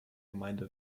gemeinde